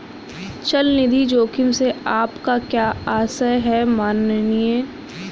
चल निधि जोखिम से आपका क्या आशय है, माननीय?